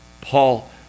Paul